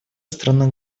страна